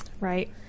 Right